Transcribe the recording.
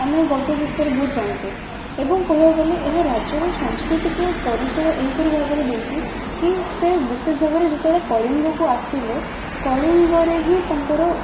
ଆମେ ଏ ଗଳ୍ପ ବିଷୟରେ ବହୁତ ଜାଣିଛେ ଏବଂ କହିବାକୁଗଲେ ଏହା ରାଜ୍ୟର ସଂସ୍କୃତିକୁ ପରିଚୟ ଏହିପରି ଭାବର ଦେଇଛି କି ସେ ବିଶେଷ ଭାବରେ ଯେତେବେଳେ କଳିଙ୍ଗକୁ ଆସିଲେ କଳିଙ୍ଗରେ ହିଁ ତାଙ୍କର